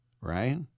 right